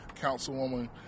Councilwoman